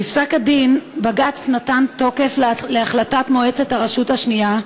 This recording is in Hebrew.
בפסק-הדין נתן בג"ץ תוקף להחלטת מועצת הרשות השנייה,